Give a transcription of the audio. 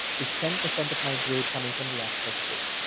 is ten percent of my grade coming from the access code?